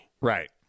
Right